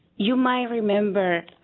you might remember